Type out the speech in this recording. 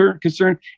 concern